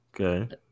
Okay